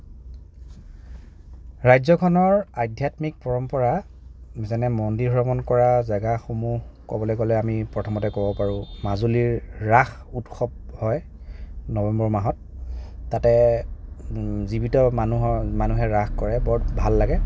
ৰাজ্যখনৰ আধ্যাত্মিক পৰম্পৰা যেনে মন্দিৰ ভ্ৰমণ কৰা জেগাসমূহ ক'বলৈ গ'লে আমি প্ৰথমতে ক'ব পাৰোঁ মাজুলীৰ ৰাস উৎসৱ হয় নৱেম্বৰ মাহত তাতে জীৱিত মানুহৰ মানুহে ৰাস কৰে বৰ ভাল লাগে